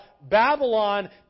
Babylon